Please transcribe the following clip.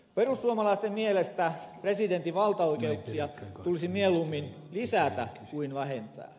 perussuomalaisten mielestä presidentin valtaoikeuksia tulisi mieluummin lisätä kuin vähentää